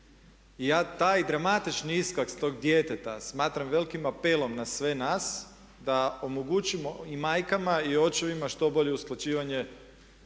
I ja taj dramatični iskaz tog djeteta smatram velikim apelom na sve nas, da omogućimo i majkama i očevima što bolje usklađivanje